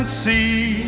see